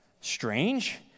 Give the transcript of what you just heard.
Strange